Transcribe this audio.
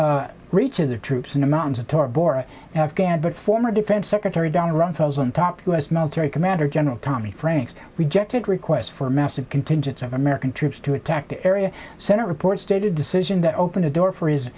troops reach of their troops in the mountains of tora bora afghan but former defense secretary don rumsfeld on top u s military commander general tommy franks rejected requests for a massive contingent of american troops to attack the area center report stated decision that open the door for his